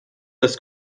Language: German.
das